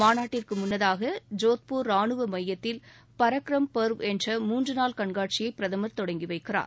மாநாட்டிற்கு முன்னதாக ஜோத்பூர் ரானுவ மையத்தில் பரக்ரம் பர்வ என்ற மூன்று நாள் கண்காட்சியை பிரதமர் தொடங்கி வைக்கிறார்